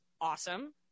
awesome